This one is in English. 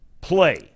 play